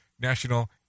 National